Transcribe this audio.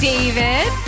David